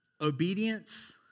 Obedience